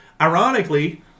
Ironically